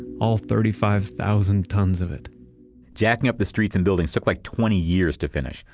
all thirty five thousand tons of it jacking up the streets and buildings took like, twenty years to finish.